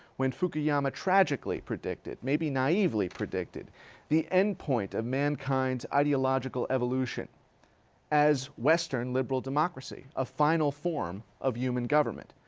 when fukuyama tragically predicted, maybe naively predicted the endpoint of mankind's ideological evolution as western liberal democracy, a final form of human government.